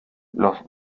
los